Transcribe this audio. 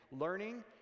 learning